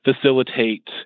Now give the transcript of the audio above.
facilitate